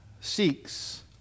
seeks